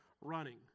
running